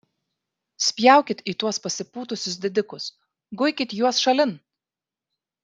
spjaukit į tuos pasipūtusius didikus guikit juos šalin